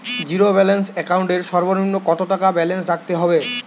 Zero balance account এর সর্বনিম্ন কত টাকা ব্যালেন্স রাখতে হবে?